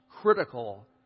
critical